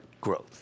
growth